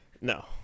No